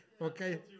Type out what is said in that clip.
Okay